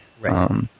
Right